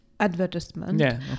advertisement